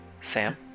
Sam